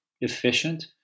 efficient